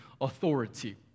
authority